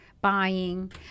buying